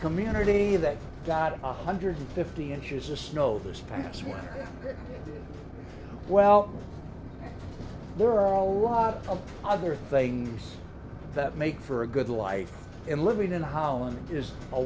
community that got one hundred fifty inches of snow this past winter well there are a lot of other things that make for a good life and living in holland is a